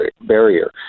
barrier